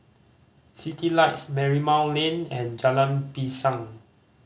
Citylights Marymount Lane and Jalan Pisang